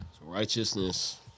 Righteousness